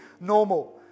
normal